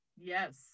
Yes